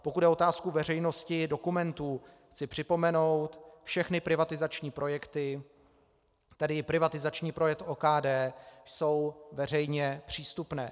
Pokud jde o otázku veřejnosti, dokumentů, chci připomenout, že všechny privatizační projekty, tedy i privatizační projekt OKD, jsou veřejně přístupné.